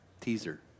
Teaser